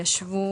ישבו